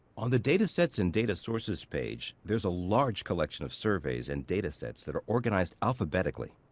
on the data sets and data sources page, there's a large collection of surveys and data sets that are organized alphabetically.